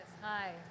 hi